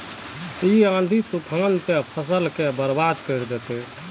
इ आँधी तूफान ते फसल के बर्बाद कर देते?